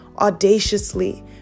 audaciously